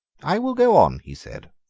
i will go on, he said.